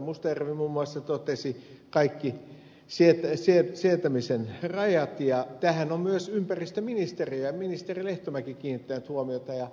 mustajärvi muun muassa totesi kaikki sietämisen rajat ja tähän on myös ympäristöministeriö ja ministeri lehtomäki kiinnittänyt huomiota ja